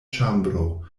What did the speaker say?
ĉambro